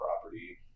property